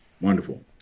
Wonderful